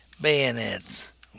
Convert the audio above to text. bayonets